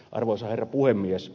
arvoisa herra puhemies